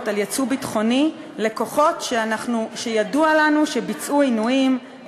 על ייצוא ביטחוני לכוחות שידוע לנו שביצעו עינויים,